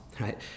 right